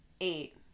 eight